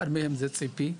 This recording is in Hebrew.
אחת מהם זה ציפי.